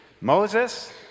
Moses